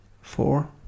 four